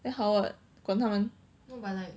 then 好 what 管他们